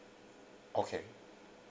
okay